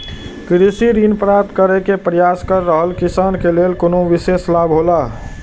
कृषि ऋण प्राप्त करे के प्रयास कर रहल किसान के लेल कुनु विशेष लाभ हौला?